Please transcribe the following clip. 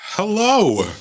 Hello